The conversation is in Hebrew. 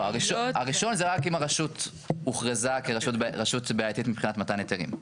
הראשון זה רק אם הרשות הוכרזה כרשות בעייתית מבחינת מתן היתרים,